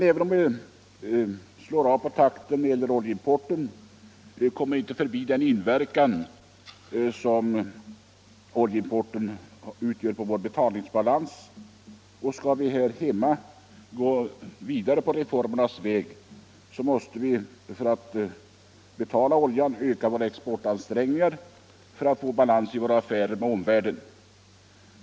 Även om vi slår av på takten i oljeimporten kommer vi inte förbi dess inverkan på betalningsbalansen. Skall vi här hemma gå vidare på reformernas väg måste vi för att kunna betala oljan öka våra exportansträngningar i syfte att få balans i våra affärer med omvärlden.